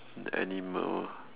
animal